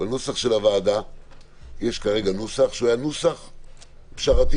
בנוסח של הוועדה שיש כרגע הוא נוסח של פשרה.